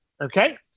okay